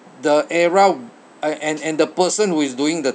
the era and and the person who is doing the